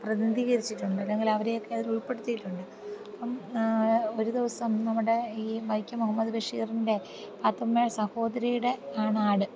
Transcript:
പ്രതിനിധീകരിച്ചിട്ടുണ്ട് അല്ലെങ്കിലവരെയൊക്കെ അതിൽ ഉൾപ്പെടുത്തിയിട്ടുണ്ട് അപ്പം ഒരു ദിവസം നമ്മുടെ ഈ വൈക്കം മുഹമ്മദ് ബഷീറിൻ്റെ പാത്തുമ്മ സഹോദരിയുടെ ആണ് ആട്